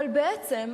אבל בעצם,